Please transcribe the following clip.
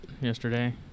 yesterday